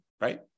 right